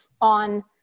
on